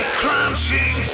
crunching